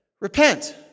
repent